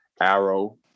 arrow